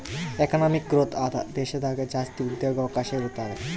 economic growth ಆದ ದೇಶದಾಗ ಜಾಸ್ತಿ ಉದ್ಯೋಗವಕಾಶ ಇರುತಾವೆ